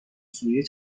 سوری